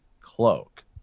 cloak